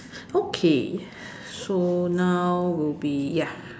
okay so now will be ya